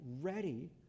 ready